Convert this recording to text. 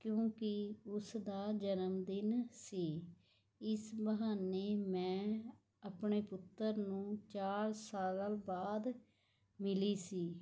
ਕਿਉਂਕਿ ਉਸ ਦਾ ਜਨਮਦਿਨ ਸੀ ਇਸ ਬਹਾਨੇ ਮੈਂ ਆਪਣੇ ਪੁੱਤਰ ਨੂੰ ਚਾਰ ਸਾਲਾਂ ਬਾਅਦ ਮਿਲੀ ਸੀ